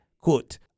quote